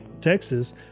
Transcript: Texas